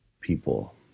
people